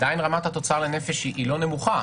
עדיין רמת התוצר לנפש היא לא נמוכה,